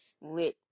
lit